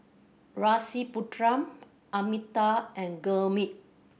Rasipuram Amitabh and Gurmeet